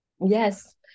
Yes